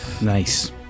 Nice